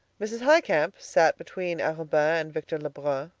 mrs. highcamp sat between arobin and victor lebrun.